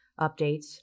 updates